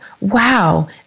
wow